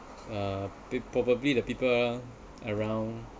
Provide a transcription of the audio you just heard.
uh probably the people around